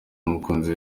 n’umukunzi